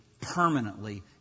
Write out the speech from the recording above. permanently